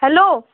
hello